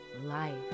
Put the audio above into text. Life